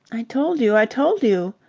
i told you, i told you.